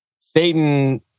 Satan